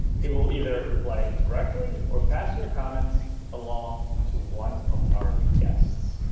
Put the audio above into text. he will either reply directly or pass your comments along to one of our guests.